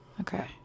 Okay